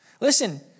Listen